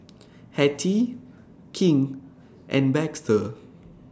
Hetty King and Baxter